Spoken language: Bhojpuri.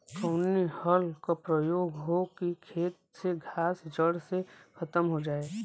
कवने हल क प्रयोग हो कि खेत से घास जड़ से खतम हो जाए?